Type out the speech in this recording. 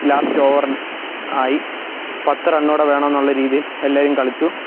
last over ആയി പത്ത് റണ്ണും കൂടെ വേണമെന്നുള്ള രീതിയിൽ എല്ലാവരും കളിച്ചു